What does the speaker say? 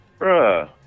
Bruh